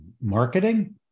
marketing